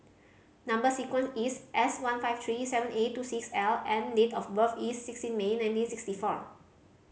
number sequence is S one five three seven eight two six L and date of birth is sixteen May nineteen sixty four